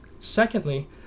Secondly